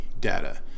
data